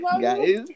Guys